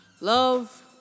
Love